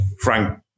Frank